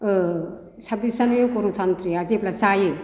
साबबिश January गनतन्त्रआ जेब्ला जायो